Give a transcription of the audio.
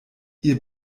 ihr